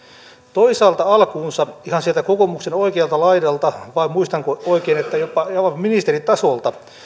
toisaalta alkuunsa ihan sieltä kokoomuksen oikealta laidalta vai muistanko oikein että jopa aivan ministeritasolta